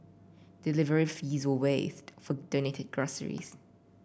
delivery fees are waived for donated groceries